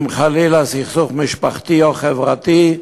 אם חלילה סכסוך משפחתי או חברתי,